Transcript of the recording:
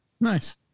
Nice